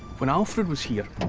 when alfred was here,